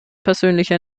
persönliche